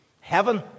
Heaven